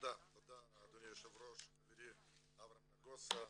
תודה אדוני היושב ראש, חברי אברהם נגוסה,